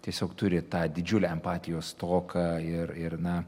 tiesiog turi tą didžiulę empatijos stoką ir ir na